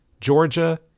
Georgia